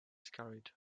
scurried